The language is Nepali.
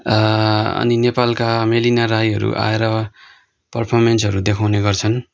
अनि नेपालका मेलिना राईहरू आएर पर्फमेन्सहरू देखाउने गर्छन्